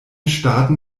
staaten